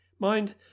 Mind